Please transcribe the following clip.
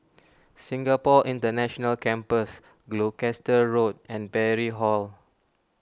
Singapore International Campus Gloucester Road and Parry Hall